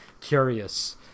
curious